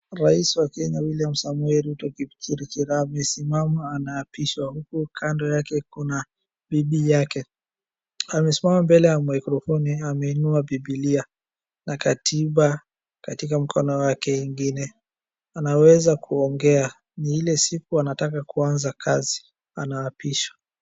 Rais wa Kenya William Samoe Kipchirchir amesimama anaapishwa huku kando yake kuna bibi yake amesimama mbele ya mikrofoni ameinua bibilia na katiba katika mkono wake ingine. Amezewa kuongea ni ile siku anataka kuanza kazi anaapisha.